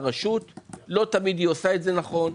לרשות; לא תמיד היא עושה את זה נכון,